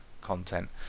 content